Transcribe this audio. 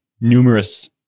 numerous